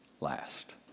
last